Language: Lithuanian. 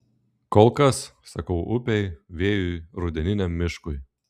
kol kas sakau upei vėjui rudeniniam miškui